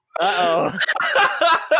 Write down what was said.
Uh-oh